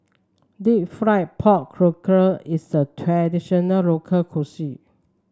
deep fried pork is a traditional local cuisine